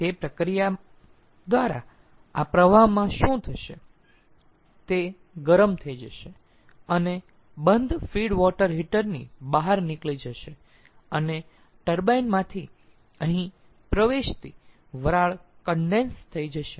તે પ્રક્રિયા દ્વારા આ પ્રવાહ શું થશે તે ગરમ થઈ જશે અને બંધ ફીડ વોટર હીટર ની બહાર નીકળી જશે અને ટર્બાઇન માંથી અહીં પ્રવેશતી વરાળ કન્ડેન્સ થઈ જશે